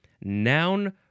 Noun